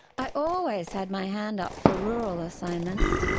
i always had my hand up for rural assignments,